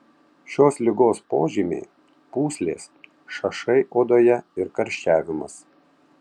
šios ligos požymiai pūslės šašai odoje ir karščiavimas